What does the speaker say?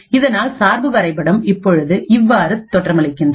இதனால் சார்பு வரைபடம் இப்பொழுது இவ்வாறு தோற்றமளிக்கிறது